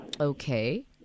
Okay